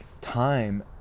time